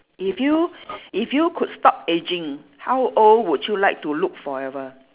if you if you could stop aging how old would you like to look forever